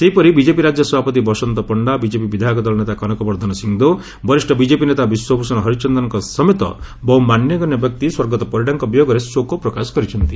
ସେହିପରି ବିଜେପି ରାଜ୍ୟ ସଭାପତି ବସନ୍ତ ପଣ୍ଣା ବିଜେପି ବିଧାୟକ ଦଳ ନେତା କନକ ବର୍ବ୍ଧନ ସିଂହଦେଓ ବରିଷ୍ଡ ବିଜେପି ନେତା ବିଶ୍ୱଭ୍ଷଣ ହରିଚନ୍ଦନଙ୍କ ସମେତ ବହୁ ମାନ୍ୟଗଣ୍ୟ ବ୍ୟକ୍ତି ସ୍ୱର୍ଗତ ପରିଡ଼ାଙ୍କ ବିୟୋଗରେ ଶୋକପ୍ରକାଶ କରିଛନ୍ତି